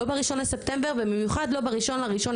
לא ב- 1 לספטמבר ובמיוחד לא ב- 1.1.2024